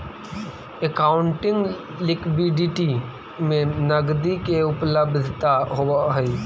accounting liquidity में नकदी के उपलब्धता होवऽ हई